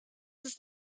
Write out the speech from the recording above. ist